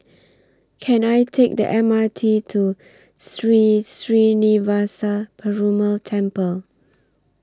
Can I Take The M R T to Sri Srinivasa Perumal Temple